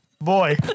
boy